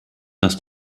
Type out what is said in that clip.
dass